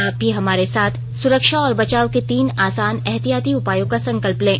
आप भी हमारे साथ सुरक्षा और बचाव के तीन आसान एहतियाती उपायों का संकल्प लें